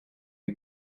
you